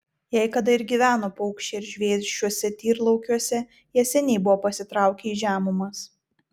jei kada ir gyveno paukščiai ar žvėrys šiuose tyrlaukiuose jie seniai buvo pasitraukę į žemumas